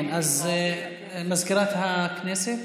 מזכירת הכנסת.